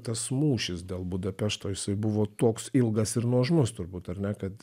tas mūšis dėl budapešto isai buvo toks ilgas ir nuožmus turbūt ar ne kad